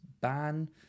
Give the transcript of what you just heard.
ban